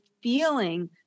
feeling